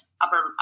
upper